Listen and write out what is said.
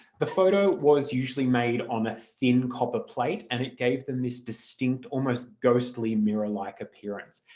the photo was usually made on thin copper plate and it gave them this distinct, almost ghostly mirror-like appearance.